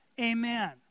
Amen